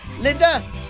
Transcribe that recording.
Linda